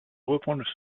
reprendre